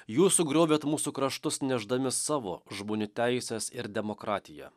jūs sugriovėt mūsų kraštus nešdami savo žmonių teises ir demokratiją